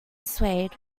swayed